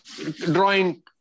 drawing